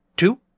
Two